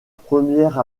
premières